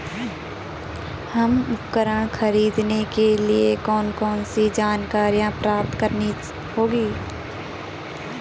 हमें उपकरण खरीदने के लिए कौन कौन सी जानकारियां प्राप्त करनी होगी?